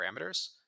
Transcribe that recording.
parameters